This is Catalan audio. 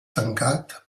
tancat